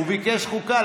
הוא ביקש חוקה,